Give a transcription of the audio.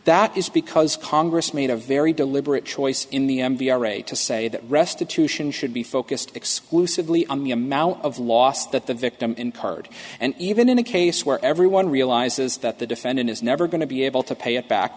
that is because congress made a very deliberate choice in the m v ira to say that restitution should be focused exclusively on the amount of loss that the victim in part and even in a case where everyone realizes that the defendant is never going to be able to pay it back